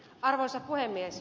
arvoisa puhemies